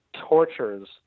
tortures